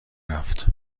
رفت